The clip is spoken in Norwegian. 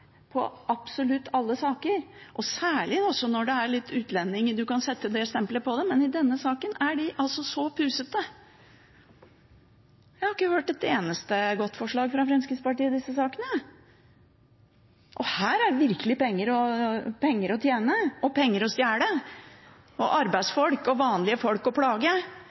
på absolutt alle saker, særlig når det er utlendinger og man kan sette det stempelet på dem, men i denne saken er de altså så «pusete». Jeg har ikke hørt et eneste godt forslag fra Fremskrittspartiet i disse sakene. Og her er det virkelig penger å tjene, penger å stjele og arbeidsfolk og vanlige folk å plage.